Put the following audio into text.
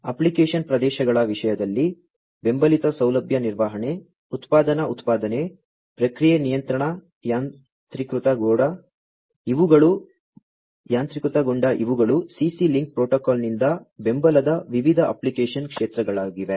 application ಪ್ರದೇಶಗಳ ವಿಷಯದಲ್ಲಿ ಬೆಂಬಲಿತ ಸೌಲಭ್ಯ ನಿರ್ವಹಣೆ ಉತ್ಪಾದನಾ ಉತ್ಪಾದನೆ ಪ್ರಕ್ರಿಯೆ ನಿಯಂತ್ರಣ ಯಾಂತ್ರೀಕೃತಗೊಂಡ ಇವುಗಳು CC ಲಿಂಕ್ ಪ್ರೋಟೋಕಾಲ್ನಿಂದ ಬೆಂಬಲದ ವಿವಿಧ ಅಪ್ಲಿಕೇಶನ್ ಕ್ಷೇತ್ರಗಳಾಗಿವೆ